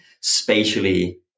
spatially